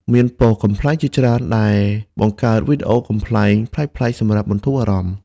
មានប៉ុស្តិ៍កំប្លែងជាច្រើនដែលបង្កើតវីដេអូកំប្លែង ប្លែកៗ សម្រាប់បន្ធូរអារម្មណ៍។